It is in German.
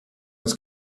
uns